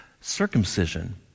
circumcision